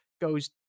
goes